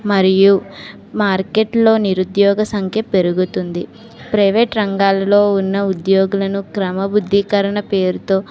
మరియు మార్కెట్లో నిరుద్యోగ సంఖ్య పెరుగుతుంది ప్రైవేట్ రంగాల్లో ఉన్న ఉద్యోగులను క్రమబద్ధీకరణ పేరుతో